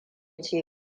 ci